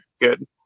good